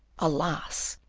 alas!